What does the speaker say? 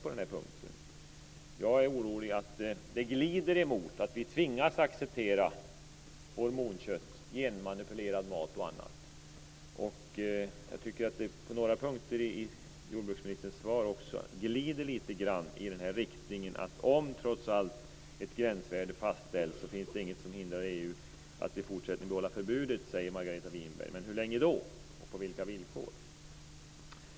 Jag är orolig för att det kommer att glida mot att vi tvingas att acceptera hormonkött, genmanipulerad mat osv. Jordbruksministerns svar glider lite grann i riktningen att om ett gränsvärde fastställs finns det inget som hindrar EU att behålla förbudet i fortsättningen. Men hur länge och på vilka villkor?